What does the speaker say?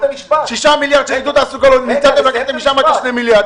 6 מיליארד שקל לעידוד תעסוקה ניצלתם 2 מיליארד.